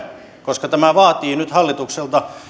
koska tämä vaatii nyt hallitukselta